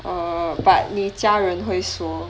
err but 你家人会说